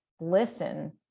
listen